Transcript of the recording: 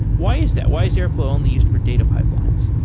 why is that? why is airflow only used for data pipelines?